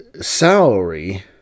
salary